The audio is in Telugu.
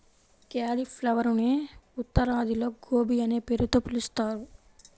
క్యాలిఫ్లవరునే ఉత్తరాదిలో గోబీ అనే పేరుతో పిలుస్తారు